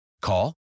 Call